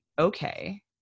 okay